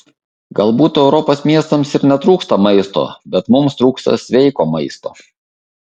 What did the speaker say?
galbūt europos miestams ir netrūksta maisto bet mums trūksta sveiko maisto